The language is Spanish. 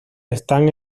están